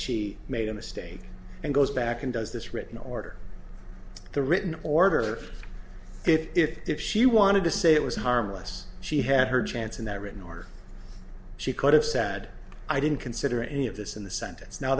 she made a mistake and goes back and does this written order the written order if she wanted to say it was harmless she had her chance and that written or she could have said i didn't consider any of this in the sentence now